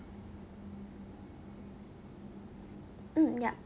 mm yup